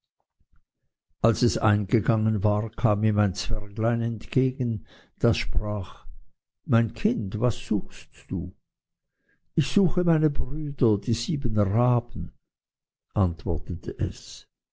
als es eingegangen war kam ihm ein zwerglein entgegen das sprach mein kind was suchst du ich suche meine brüder die sieben raben antwortete es